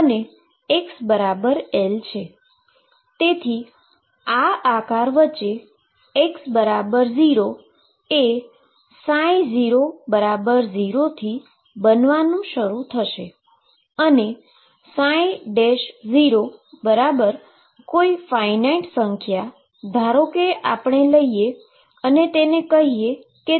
તેથી આ આકાર 00 થી બનવાનુ શરૂ થશે અને 0 બરાબર કોઈક ફાઈનાઈટ સંખ્યા ધારો કે ચાલો આપણે તેને એક કહીએ તે એક કોન્સટન્ટ છે